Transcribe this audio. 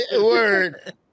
Word